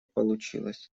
получилось